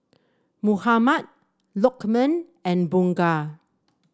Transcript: Muhammad Lokman and Bunga